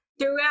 throughout